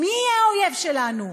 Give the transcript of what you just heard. מי יהיה האויב שלנו?